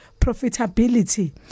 profitability